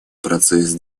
процесс